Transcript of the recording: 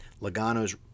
Logano's